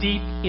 Deep